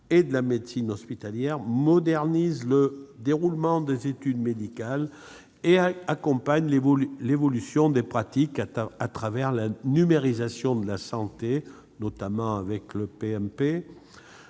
et de la médecine hospitalière, modernise le déroulement des études médicales et accompagne l'évolution des pratiques au travers de la numérisation de la santé, notamment avec le